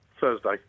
Thursday